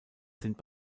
sind